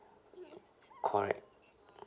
correct